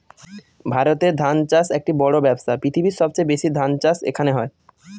ভারতে ধান চাষ একটি বড়ো ব্যবসা, পৃথিবীর সবচেয়ে বেশি ধান চাষ এখানে হয়